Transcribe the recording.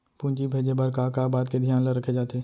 पूंजी भेजे बर का का बात के धियान ल रखे जाथे?